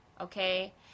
okay